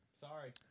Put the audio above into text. sorry